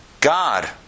God